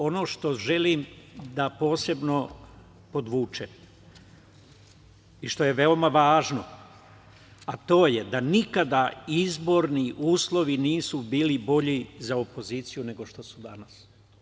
Ono što želim da posebno podvučem i što je veoma važno, a to je da nikada izborni uslovi nisu bili bolji za opoziciju nego što su danas.